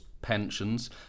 pensions